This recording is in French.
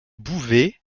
bouvet